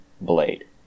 blade